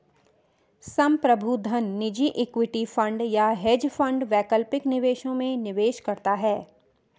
संप्रभु धन निजी इक्विटी फंड या हेज फंड वैकल्पिक निवेशों में निवेश करता है